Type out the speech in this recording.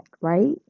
right